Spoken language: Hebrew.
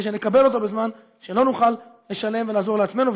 שנקבל אותו בזמן שלא נוכל לשלם ונעזור לעצמנו,